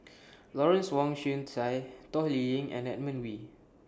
Lawrence Wong Shyun Tsai Toh Liying and Edmund Wee